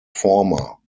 former